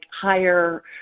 higher